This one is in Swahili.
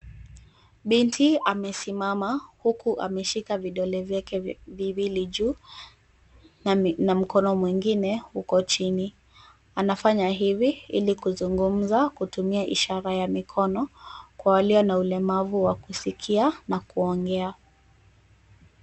Binti amesimama huku ameshika vidole vyake viwili juu na mkono mwingine uko chini. Anafanya hivi ili kuzungumza kutumia ishara ya mikono kwa walio na ulemavu wa kusikia na kuongea.